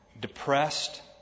depressed